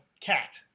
cat